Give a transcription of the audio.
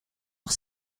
nog